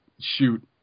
shoot